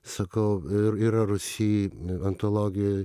sakau ir yra rūsy antologijoj